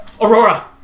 aurora